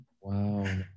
Wow